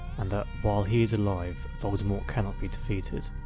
and that while he is alive, voldemort cannot be defeated.